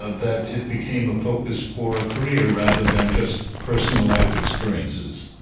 ah that it became a focus for a career rather than just personal life experiences.